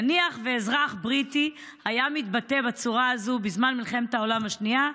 נניח שאזרח בריטי היה מתבטא בצורה הזאת בזמן מלחמת העולם השנייה,